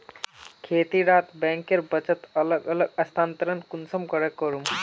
खेती डा बैंकेर बचत अलग अलग स्थानंतरण कुंसम करे करूम?